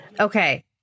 okay